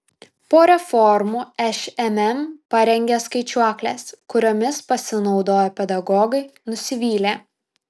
po reformų šmm parengė skaičiuokles kuriomis pasinaudoję pedagogai nusivylė